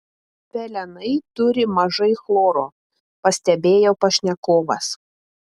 pelenai turi mažai chloro pastebėjo pašnekovas